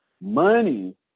Money